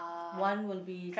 one will be